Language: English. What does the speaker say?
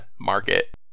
market